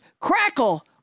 crackle